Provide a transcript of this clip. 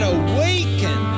awaken